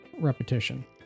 repetition